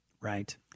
right